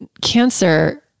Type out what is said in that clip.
Cancer